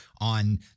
on